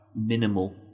minimal